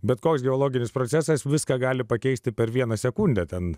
bet koks biologinis procesas viską gali pakeisti per vieną sekundę ten